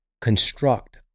construct